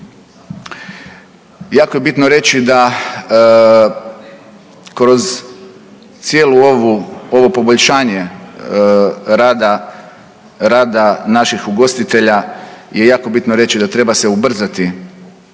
Jako je bitno reći da kroz cijelu ovu, ovo poboljšanje rada, rada naših ugostitelja je jako bitno reći da treba se ubrzati